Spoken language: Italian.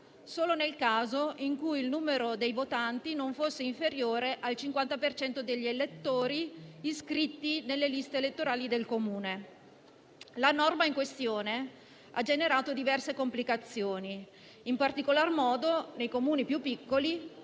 solo nel caso in cui il numero dei votanti non fosse inferiore al 50 per cento degli elettori iscritti nelle liste elettorali del Comune. La norma in questione ha generato diverse complicazioni, in particolar modo nei Comuni più piccoli,